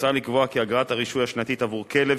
הוצע לקבוע כי אגרת הרישוי השנתית עבור כלב